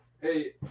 Hey